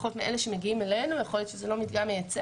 לפחות של אלה שמגיעים אלינו יכול להיות שזה לא מדגם מייצג,